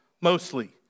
mostly